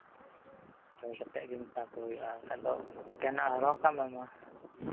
ᱵᱩᱞᱟᱹᱣ ᱠᱟᱛᱮᱫ ᱜᱮ ᱢᱮᱛᱟ ᱠᱚ ᱦᱩᱭᱩᱜᱼᱟ ᱵᱟᱠᱷᱟᱱ ᱫᱚ ᱮᱠᱮᱱᱟᱜ ᱦᱚᱨᱦᱚᱸ ᱠᱟᱜ ᱢᱮ ᱢᱟ